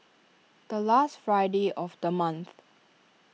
the last Friday of the month